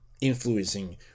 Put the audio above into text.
influencing